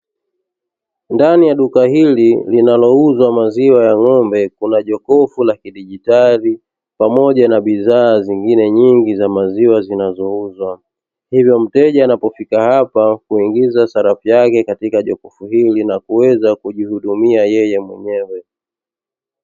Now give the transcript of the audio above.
Ndani ya duka hili linalouza maziwa ya ng'ombe, kuna jokofu la kidigitali pamoja na bidhaa nyingine nyingi za maziwa zinazouzwa. Hivyo mteja anapofika hapa huingiza sarafu yake katika jokofu hili na kuweza kujihudumia yeye mwenyewe.